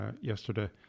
yesterday